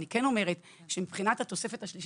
אני כן אומרת שמבחינת התוספת השלישית